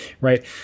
right